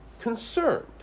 concerned